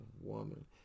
woman